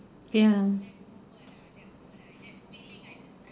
ya